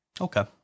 Okay